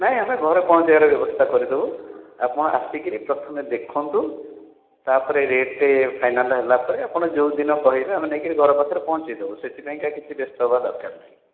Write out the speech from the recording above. ନାଇଁ ଆମେ ଘରେ ପହଞ୍ଚେଇବାର ବ୍ୟବସ୍ଥା କରିଦବୁ ଆପଣ ଆସିକି ପ୍ରଥମେ ଦେଖନ୍ତୁ ତାପରେ ରେଟ୍ ଟା ଫାଇନାଲ୍ ହେଲା ପରେ ଆପଣ ଯେଉଁଦିନ କହିବେ ଆମେ ନେଇକି ଘର ପାଖରେ ପହଞ୍ଚାଇ ଦେବୁ ସେଥିପାଇଁ କିଛି ବ୍ୟସ୍ତ ହବା ଦରକାର ନାହିଁ